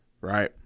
right